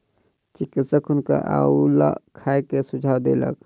चिकित्सक हुनका अउलुआ खाय के सुझाव देलक